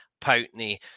poutney